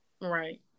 right